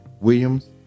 Williams